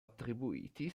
attribuiti